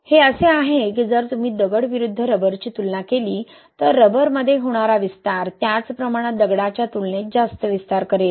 हे असे आहे की जर तुम्ही दगड विरुद्ध रबरची तुलना केली तर रबरमध्ये होणारा विस्तार त्याच प्रमाणात दगडाच्या तुलनेत जास्त विस्तार करेल